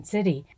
City